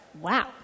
Wow